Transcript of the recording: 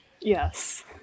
Yes